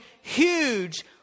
huge